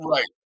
Right